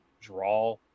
draw